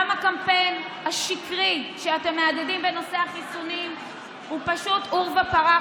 גם הקמפיין השקרי שאתם מהדהדים בנושא החיסונים הוא פשוט עורבא פרח,